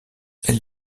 elle